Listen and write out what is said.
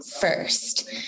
first